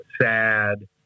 sad